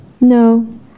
No